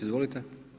Izvolite.